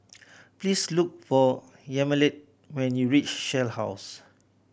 please look for Yamilet when you reach Shell House